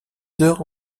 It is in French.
heures